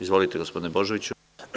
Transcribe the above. Izvolite, gospodine Božoviću.